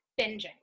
binging